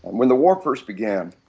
when the war first began,